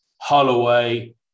Holloway